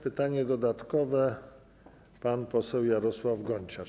Pytanie dodatkowe zada pan poseł Jarosław Gonciarz.